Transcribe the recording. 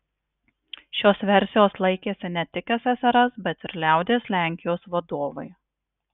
šios versijos laikėsi ne tik ssrs bet ir liaudies lenkijos vadovai